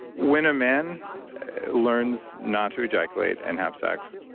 when a man learns not to ejaculate and have sex,